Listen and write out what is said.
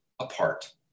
apart